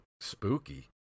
spooky